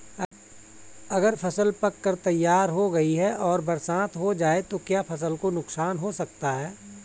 अगर फसल पक कर तैयार हो गई है और बरसात हो जाए तो क्या फसल को नुकसान हो सकता है?